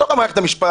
בתוך המערכת,